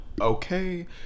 okay